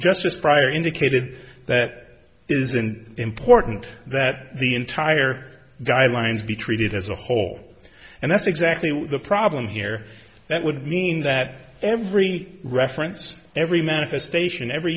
justice prior indicated that isn't important that the entire guidelines be treated as a whole and that's exactly the problem here that would mean that every reference every manifestation ever